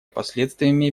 последствиями